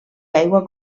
aigua